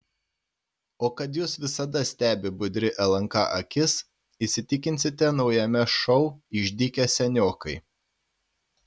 o kad jus visada stebi budri lnk akis įsitikinsite naujame šou išdykę seniokai